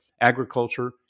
agriculture